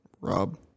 Rob